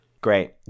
Great